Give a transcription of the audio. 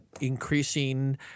increasing